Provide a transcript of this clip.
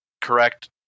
correct